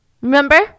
Remember